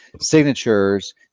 signatures